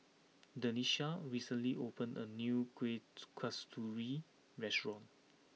Denisha recently opened a new Kuih Zee Kasturi restaurant